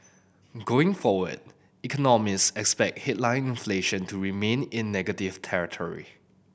going forward economists expect headline inflation to remain in negative territory